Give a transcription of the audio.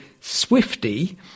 Swifty